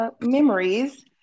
memories